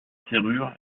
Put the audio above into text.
serrure